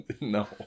No